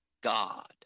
God